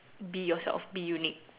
be yourself be unique